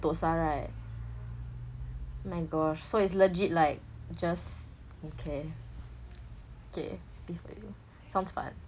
sentosa right my gosh so is legit like just okay okay good for you sounds fun